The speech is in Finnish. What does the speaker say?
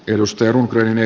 edustaja rene